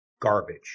garbage